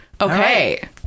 okay